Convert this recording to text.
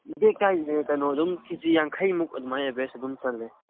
ꯕꯦꯒꯇ ꯍꯥꯏꯁꯦ ꯀꯩꯅꯣ ꯑꯗꯨꯝ ꯀꯦ ꯖꯤ ꯌꯥꯡꯈꯩꯃꯨꯛ ꯑꯗꯨꯃꯥꯏꯅ ꯑꯦꯕꯔꯦꯖ ꯑꯗꯨꯝ ꯆꯜꯂꯦ